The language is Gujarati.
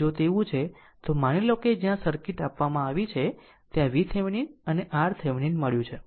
તેથી જો તેવું છે તો માની લો કે જ્યાં સર્કિટ આપવામાં આવી છે ત્યાં VThevenin અને RThevenin મળ્યું છે